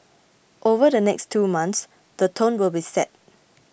over the next two months the tone will be set